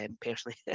personally